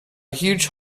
huge